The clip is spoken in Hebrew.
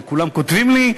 וכולם כותבים לי.